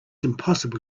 impossible